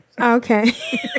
Okay